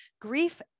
grief